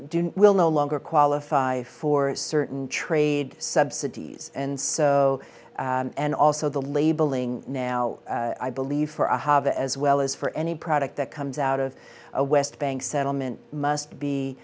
do will no longer qualify for certain trade subsidies and so and also the labeling now i believe for a as well as for any product that comes out of a west bank settlement must be